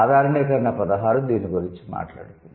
సాధారణీకరణ పదహారు దీని గురించి మాట్లాడుతుంది